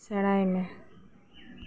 ᱥᱮᱬᱟᱭ ᱢᱮ